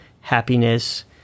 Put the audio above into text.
happiness